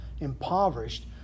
impoverished